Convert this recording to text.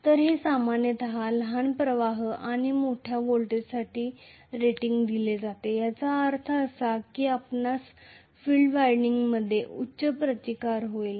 तर हे सामान्यत लहान प्रवाह आणि मोठ्या व्होल्टेजसाठी रेटिंग दिले जाते याचा अर्थ असा आहे की आपल्यास फील्ड वायंडिंग मध्ये उच्च रेझिस्टन्स होईल